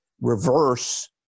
reverse